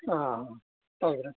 ಹಾಂ ಹೌದು ರೀ